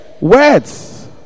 words